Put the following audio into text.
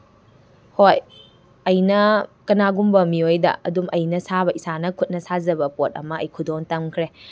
ꯍꯣꯏ ꯑꯩꯅ ꯀꯅꯥꯒꯨꯝꯕ ꯃꯤꯑꯣꯏꯗ ꯑꯗꯨꯝ ꯑꯩꯅ ꯁꯥꯕ ꯏꯁꯥꯅ ꯈꯨꯠꯅ ꯁꯥꯖꯕ ꯄꯣꯠ ꯑꯃ ꯑꯩ ꯈꯨꯗꯣꯜ ꯇꯝꯈ꯭ꯔꯦ